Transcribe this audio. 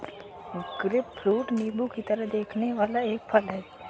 grapefruit नींबू की तरह दिखने वाला एक फल है